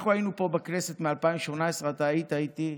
אנחנו היינו פה בכנסת מ-2018, אתה היית איתי,